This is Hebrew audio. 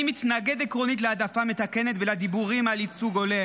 אני מתנגד עקרונית להעדפה מתקנת ולדיבורים על ייצוג הולם.